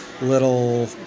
little